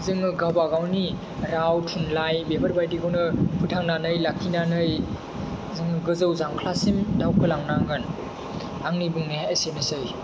जोङो गावबा गावनि राव थुनलाइ बेफोर बायदिखौनो फोथांनानै लाखिनानै जों गोजौ जांख्लासिम दावखोलांनांगोन आंनि बुंनाया एसेनोसै